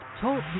Talk